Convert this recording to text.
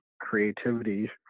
creativity